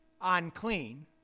unclean